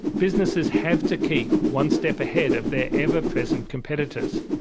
businesses have to keep one step ahead of their ever present competitors,